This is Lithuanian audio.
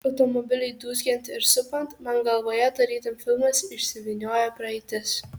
automobiliui dūzgiant ir supant man galvoje tarytum filmas išsivyniojo praeitis